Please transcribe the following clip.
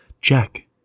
Jack